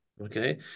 okay